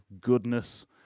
goodness